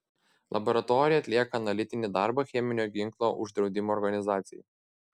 laboratorija atlieka analitinį darbą cheminio ginklo uždraudimo organizacijai